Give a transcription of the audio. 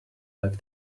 like